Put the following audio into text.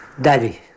Daddy